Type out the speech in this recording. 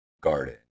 garden